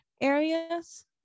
areas